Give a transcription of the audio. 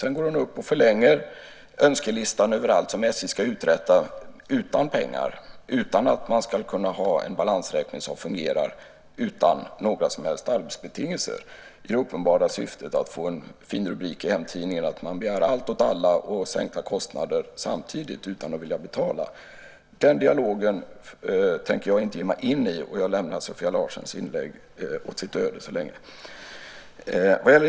Sedan går hon upp och förlänger önskelistan över allt som SJ ska uträtta utan pengar, utan att kunna ha en balansräkning som fungerar och utan några som helst arbetsbetingelser, i det uppenbara syftet att få en fin rubrik i hemtidningen om att man begär allt åt alla och sänkta kostnader samtidigt, utan att vilja betala. Den dialogen tänker jag inte ge mig in i, och jag lämnar Sofia Larsens inlägg åt sitt öde så länge.